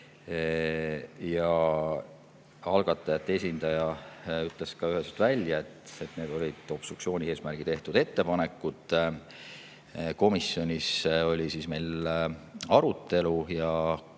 Algatajate esindaja ütles üheselt välja, et need olid obstruktsiooni eesmärgil tehtud ettepanekud. Komisjonis oli meil arutelu ja